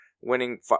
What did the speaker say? winning